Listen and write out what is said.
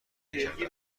نکرده